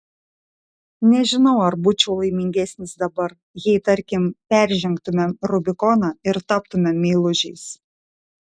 nežinau ar būčiau laimingesnis dabar jei tarkim peržengtumėm rubikoną ir taptumėm meilužiais